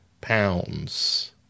pounds